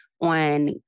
on